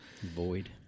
Void